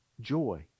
joy